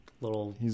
little